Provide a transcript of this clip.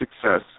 success